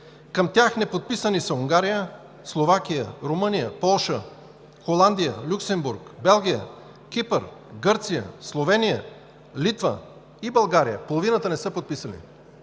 Към тях неподписали са Унгария, Словакия, Румъния, Полша, Холандия, Люксембург, Белгия, Кипър, Гърция, Словения, Литва и България. Половината не са подписали.